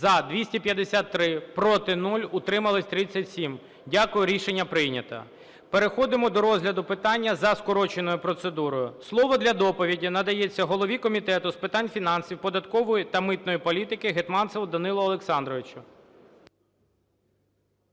За – 253, проти – 0, утрималось – 37. Дякую. Рішення прийнято. Переходимо до розгляду питань за скороченою процедурою. Слово для доповіді надається голові Комітету з питань фінансів, податкової та митної політики Гетманцеву Данилу Олександровичу.